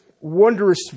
wondrous